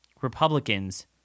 Republicans